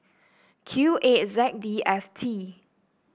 Q eight Z D F T